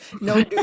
No